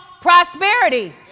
prosperity